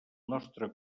nostre